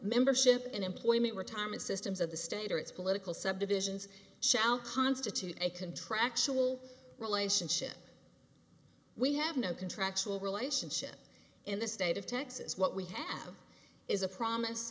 membership in employment retirement systems of the state or its political subdivisions shall constitute a contractual relationship we have no contractual relationship in the state of texas what we have is a promise